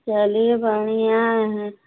चलिए बढ़िया है